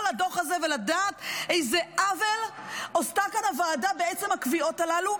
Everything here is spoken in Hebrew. לדו"ח הזה ולדעת איזה עוול עושה כאן הוועדה בעצם הקביעות הללו.